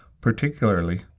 particularly